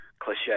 cliche